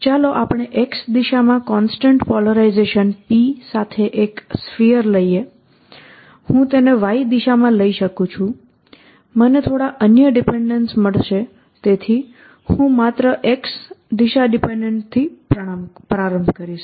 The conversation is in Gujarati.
ચાલો આપણે x દિશામાં કોન્સટન્ટ પોલરાઈઝેશન P સાથે એક સ્ફીયર લઈએ હું તેને y દિશામાં લઈ શકું છું મને થોડા અન્ય ડીપેન્ડેન્સ મળશે તેથી હું માત્ર x દિશા ડીપેન્ડેન્સ થી પ્રારંભ કરીશ